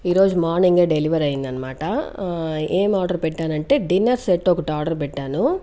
ఈరోజు మార్నింగ్ ఏ డెలివరీ అయింది అనమాట ఏం ఆర్డర్ పెట్టానంటే డిన్నర్ సెట్ ఒకటి ఆర్డర్ పెట్టాను